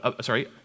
sorry